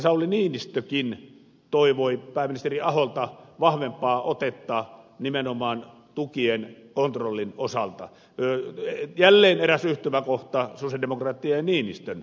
sauli niinistökin toivoi pääministeri aholta vahvempaa otetta nimenomaan tukien kontrollin osalta jälleen eräs yhtymäkohta sosialidemokraattien ja niinistön suhteen